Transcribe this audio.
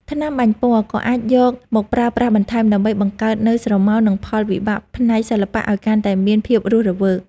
ថ្នាំបាញ់ពណ៌ ក៏អាចយកមកប្រើប្រាស់បន្ថែម ដើម្បីបង្កើតនូវស្រមោល និងផលវិបាកផ្នែកសិល្បៈឱ្យកាន់តែមានភាពរស់រវើក។